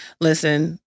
listen